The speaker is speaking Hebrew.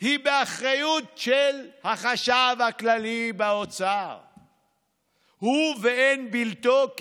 הוא באחריות של החשב הכללי באוצר, הוא ואין בלתו.